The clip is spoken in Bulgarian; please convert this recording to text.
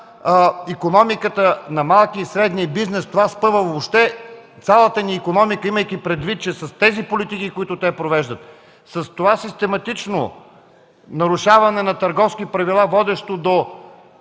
на икономиката, на малкия и средния бизнес, това спъва въобще цялата ни икономика, имайки предвид, че с тези политики, които те провеждат, с това систематично нарушаване на търговски правила, водещо до